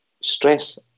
stress